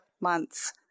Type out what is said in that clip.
months